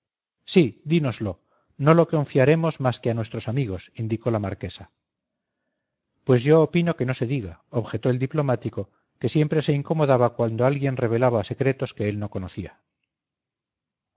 sí dínoslo no lo confiaremos más que a nuestros amigos indicó la marquesa pues yo opino que no se diga objetó el diplomático que siempre se incomodaba cuando alguien revelaba secretos que él no conocía